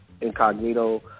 Incognito